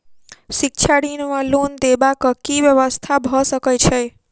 शिक्षा ऋण वा लोन देबाक की व्यवस्था भऽ सकै छै?